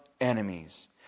enemies